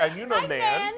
ah you know nan.